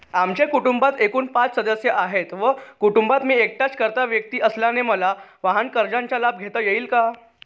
आमच्या कुटुंबात एकूण पाच सदस्य आहेत व कुटुंबात मी एकटाच कर्ता व्यक्ती असल्याने मला वाहनकर्जाचा लाभ घेता येईल का?